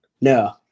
No